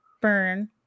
burn